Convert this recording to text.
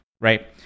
right